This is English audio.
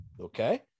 Okay